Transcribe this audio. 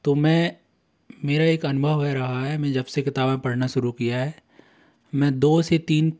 तो मैं मेरा एक अनुभव है रहा है मैं जब से किताबें पढ़ना शुरू किया है मैं दो से तीन